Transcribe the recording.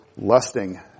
lusting